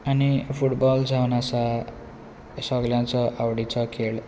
आनी फुटबॉल जावन आसा सगळ्यांचो आवडीचो खेळ